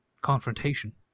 confrontation